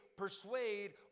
Persuade